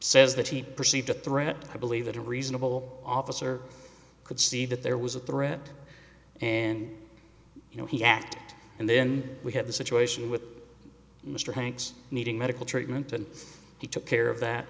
says that he perceived a threat i believe that a reasonable officer could see that there was a threat and you know he act and then we have the situation with mr hanks needing medical treatment and he took care of that